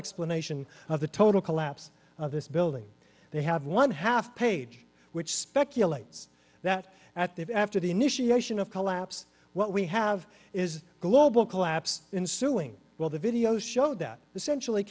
explanation of the total collapse of this building they have one half page which speculates that at that after the initiation of collapse what we have is global collapse in suing well the video showed that the centrally